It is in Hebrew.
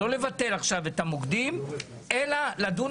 לא לבטל עכשיו את המוקדים, אלא לדון